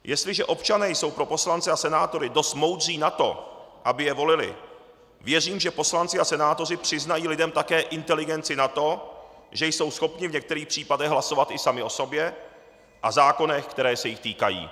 Jestliže občané jsou pro poslance a senátory dost moudří na to, aby je volili, věřím, že poslanci a senátoři přiznají lidem také inteligenci na to, že jsou schopni v některých případech hlasovat i sami o sobě a zákonech, které se jich týkají.